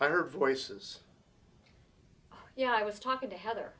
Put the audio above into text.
i heard voices yeah i was talking to heather